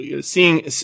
seeing